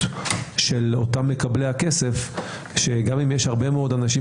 של אותם מקבלי הכסף שגם אם יש הרבה מאוד אנשים